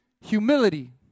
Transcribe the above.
humility